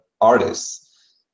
artists